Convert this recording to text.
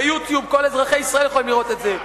ב- YouTube כל אזרחי ישראל יכולים לראות את זה.